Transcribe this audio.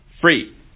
free